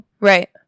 right